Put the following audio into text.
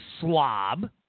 slob